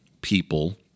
people